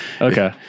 okay